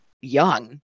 young